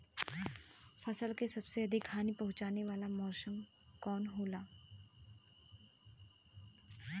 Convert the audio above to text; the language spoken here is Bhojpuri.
फसल के सबसे अधिक हानि पहुंचाने वाला मौसम कौन हो ला?